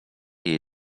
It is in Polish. jej